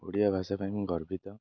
ଓଡ଼ିଆ ଭାଷା ପାଇଁ ମୁଁ ଗର୍ବିତ